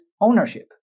ownership